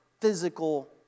physical